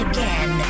Again